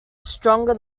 stronger